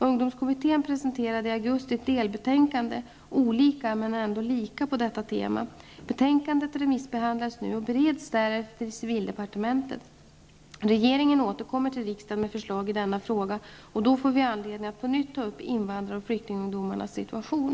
Ungdomskommittén presenterade i augusti ett delbetänkande, ''Olika men ändå lika'', på detta tema. Betänkandet remissbehandlas nu och bereds därefter i civildepartementet. Regeringen återkommer till riksdagen med förslag i denna fråga, och då får vi anledning att på nytt ta upp invandrar och flyktingungdomarnas situation.